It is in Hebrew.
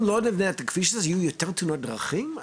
אם לא נבנה את הכביש יהיו יותר תאונות דרכים?